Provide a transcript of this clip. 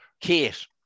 Kate